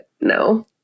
no